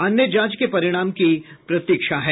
अन्य जांच के परिणाम की प्रतीक्षा है